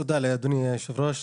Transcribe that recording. תודה אדוני היושב-ראש,